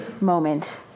moment